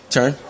Turn